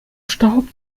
staub